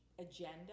agenda